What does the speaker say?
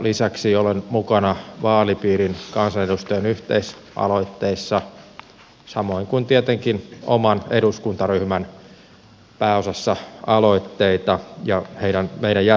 lisäksi olen mukana vaalipiirin kansanedustajan yhteisaloitteissa samoin kuin tietenkin oman eduskuntaryhmän pääosassa aloitteita ja meidän jäsenten aloitteita